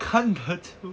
看得出